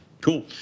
Cool